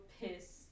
piss